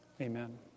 Amen